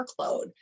workload